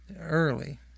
early